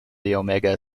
omega